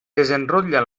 desenrotlla